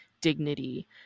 dignity